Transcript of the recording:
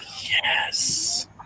Yes